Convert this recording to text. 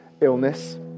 illness